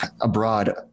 abroad